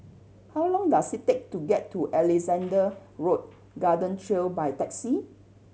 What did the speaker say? how long does it take to get to Alexandra Road Garden Trail by taxi